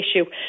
issue